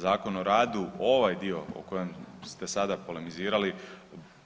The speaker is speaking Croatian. Zakon o radu ovaj dio o kojem ste sada polemizirali